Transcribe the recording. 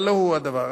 אבל לא הוא הדבר.